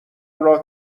راه